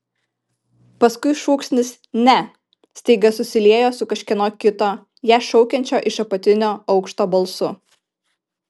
paskui šūksnis ne staiga susiliejo su kažkieno kito ją šaukiančio iš apatinio aukšto balsu